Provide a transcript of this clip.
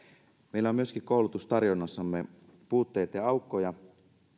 meillä on myöskin koulutustarjonnassamme puutteita ja aukkoja